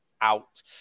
out